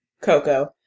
Coco